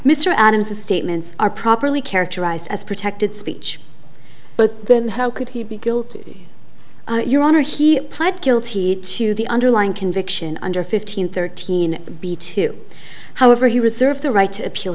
mr adams his statements are properly characterized as protected speech but then how could he be guilty your honor he pled guilty to the underlying conviction under fifteen thirteen be two however he reserves the right to appeal